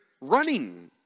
running